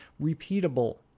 repeatable